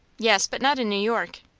yes, but not in new york.